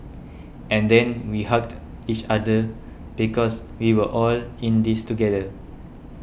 and then we hugged each other because we were all in this together